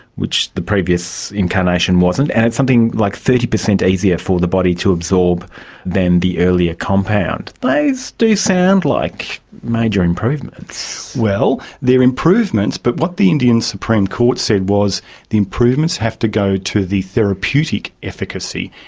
which the previous incarnation wasn't, and it's something like thirty percent easier for the body to absorb than the earlier compound. those do sound like major improvements. well, they are improvements, but what the indian supreme court said was the improvements have to go to the therapeutic efficacy.